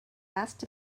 asked